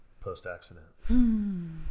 post-accident